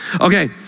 Okay